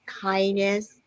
kindness